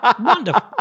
wonderful